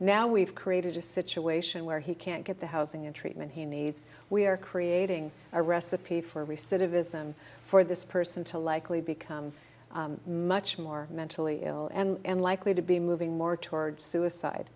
now we've created a situation where he can't get the housing and treatment he needs we are creating a recipe for every citizen for this person to likely become much more mentally ill and likely to be moving more towards suicide